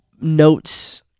notes